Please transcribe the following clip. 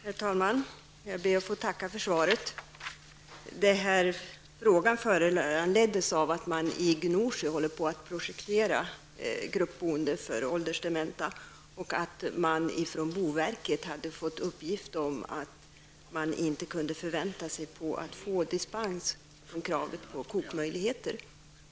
Herr talman! Jag ber att få tacka för svaret. Frågan föranleddes av att man i Gnosjö håller på att projektera gruppboende för åldersdementa och att man av boverket hade fått veta att man inte kunde förvänta sig att få dispens från kravet på kokmöjligheter.